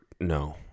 No